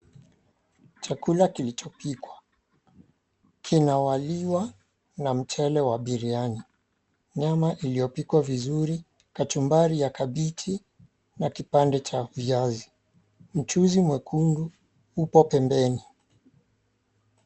Chakula kilichopikwa, kinawaliwa na mchele wa biryani, nyama iliyopikwa vizuri, kachumbari ya kabichi na kipande cha viazi. Mchuzi mwekundu upo pembeni.